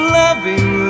loving